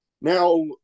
Now